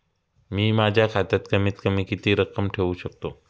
मी माझ्या खात्यात कमीत कमी किती रक्कम ठेऊ शकतो?